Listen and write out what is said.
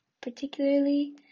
particularly